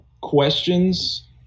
questions